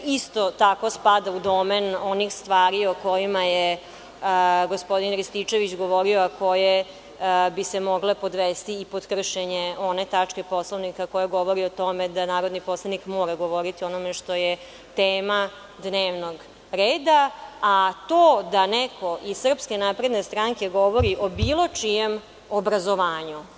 Isto tako spada u domen onih stvari o kojima je gospodin Rističević govorio, a koje bi se mogle podvesti i pod kršenje one tačke Poslovnika koje govore o tome da narodni poslanik mora govoriti o onome što je tema dnevnog reda, a to da neko iz SNS govori o bilo čijem obrazovanju.